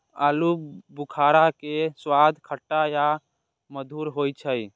आलू बुखारा के स्वाद खट्टा आ मधुर होइ छै